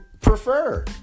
prefer